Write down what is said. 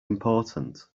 important